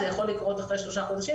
זה יכול לקרות אחרי שלושה חודשים,